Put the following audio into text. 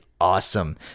awesome